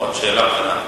שאלה קטנה לשר.